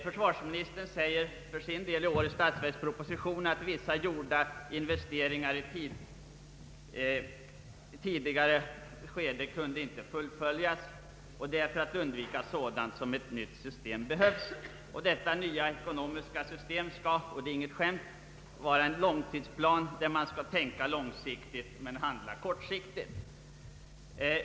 Försvarsministern säger för sin del i årets statsverksproposition att ”vissa gjorda investeringar i tidigare skede kunde inte fullföljas”, och att det är för att undvika sådant som ett nytt system behövs. Detta nya ekonomiska system skall — och det är inget skämt — vara en långtidsplan där ”man skall tänka långsiktigt men handla kortsiktigt”.